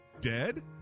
Dead